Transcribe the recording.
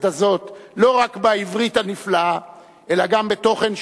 הזאת לא רק בעברית הנפלאה אלא גם בתוכן,